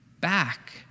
back